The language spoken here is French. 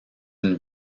une